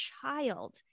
child